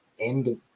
end